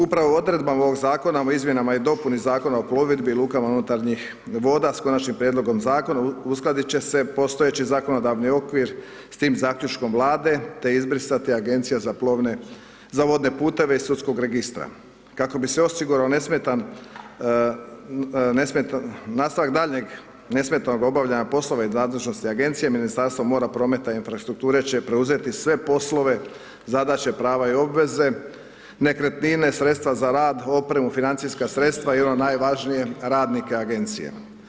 Upravo odredbama ovog Zakona o izmjenama i dopuni Zakona o plovidbi i lukama unutarnjih voda sa Konačnim prijedlogom Zakona uskladiti će se postojeći zakonodavni okvir sa tim zaključkom Vlade te izbrisati Agencija za plovne, za vodne puteve iz sudskog registra kako bi se osigurao nesmetan, nastavak daljnjeg nesmetanog obavljanja poslova iz nadležnosti Agencije Ministarstva mora, prometa i infrastrukture će preuzeti sve poslove, zadaće, prava i obveze, nekretnine, sredstva za rad, opremu, financijska sredstva i ono najvažnije radnike agencije.